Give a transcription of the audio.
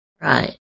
Right